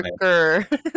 worker